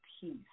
peace